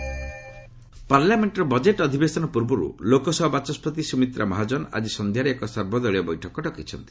all party meet ପାର୍ଲାମେଷ୍ଟର budget ଅଧିବେଶନ ପୂର୍ବରୁ ଲୋକସଭା ବାଚସ୍କତି ସୁମିତ୍ରା ମହାଜନ ଆଜି ସଂଧ୍ୟାରେ ଏକ ସର୍ବଦଳୀୟ ବୈଠକ ଡକାଇଛନ୍ତି